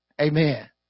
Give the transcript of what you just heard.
Amen